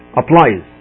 applies